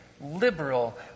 liberal